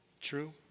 True